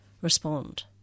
respond